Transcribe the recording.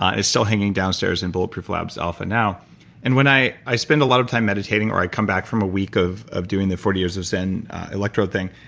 it's still hanging downstairs in bulletproof labs alpha now and when i i spend a lot of time meditating, or i come back from a week of of doing the forty years of zen electro thing,